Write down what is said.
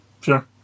sure